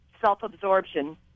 self-absorption